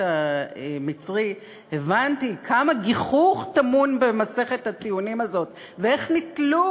המצרי הבנתי כמה גיחוך טמון במסכת הטיעונים הזאת ואיך נתלו,